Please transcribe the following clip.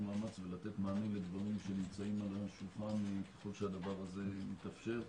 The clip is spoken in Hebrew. מאמץ ולתת מענה לדברים שנמצאים על השולחן ככל שהדבר הזה מתאפשר.